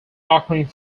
occurring